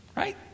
Right